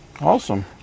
Awesome